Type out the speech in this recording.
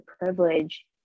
privilege